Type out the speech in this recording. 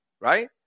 right